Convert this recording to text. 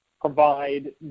provide